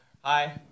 Hi